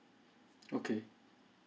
okay